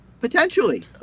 Potentially